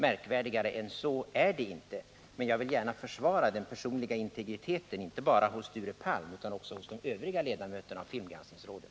Märkvärdigare än så är det inte. Men jag vill gärna försvara den personliga integriteten, inte bara hos Sture Palm utan också hos de övriga ledamöterna av filmgranskningsrådet.